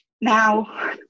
Now